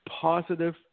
positive